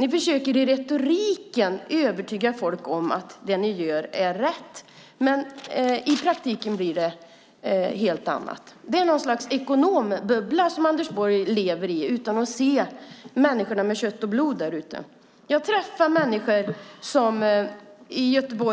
I retoriken försöker ni övertyga folk om att det ni gör är rätt, men i praktiken blir det något helt annat. Anders Borg lever i något slags ekonombubbla utan att se människor av kött och blod där ute. Jag träffar människor,